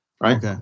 right